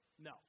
No